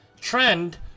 trend